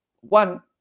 one